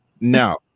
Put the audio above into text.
Now